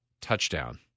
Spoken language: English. touchdown